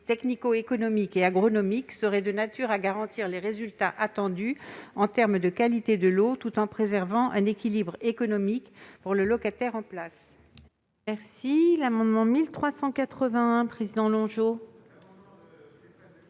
technico-économiques et agronomiques serait de nature à garantir les résultats attendus en matière de qualité de l'eau, tout en préservant un équilibre économique pour le locataire en place.